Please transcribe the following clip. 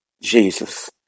Jesus